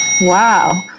Wow